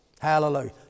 Hallelujah